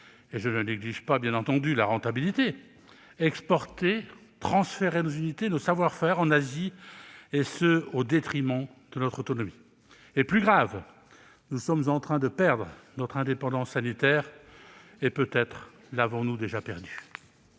je ne néglige bien entendu pas la rentabilité -, exporté, transféré nos unités et nos savoir-faire en Asie, au détriment de notre autonomie. Plus grave, nous sommes en train de perdre notre « indépendance sanitaire »; peut-être l'avons-nous même déjà perdue.